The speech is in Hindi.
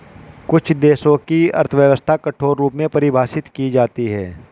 कुछ देशों की अर्थव्यवस्था कठोर रूप में परिभाषित की जाती हैं